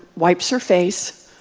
wipes her face,